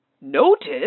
notice